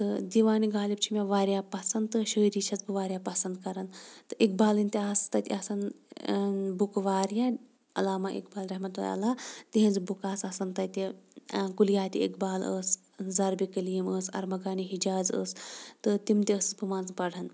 تہٕ دیوانہِ غالِب چھِ مےٚ واریاہ پَسنٛد تہٕ شاعری چھٮ۪س بہٕ واریاہ پَسنٛد کَران تہٕ اقبالٕنۍ تہِ آسہٕ تَتہِ آسان بُکہٕ واریاہ علامہ اقبال رحمتہ اللہِ علیہ تِہِنٛزٕ بُکہٕ آسہٕ آسان تَتہِ کُلیاتِ اقبال ٲس ضربِ کلیٖم ٲس ارمغانِ حِجاز ٲس تہٕ تِم تہِ ٲسٕس بہٕ منٛزٕ پَران